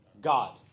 God